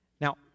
Now